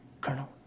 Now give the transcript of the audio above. Colonel